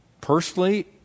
personally